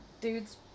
dudes